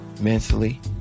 mentally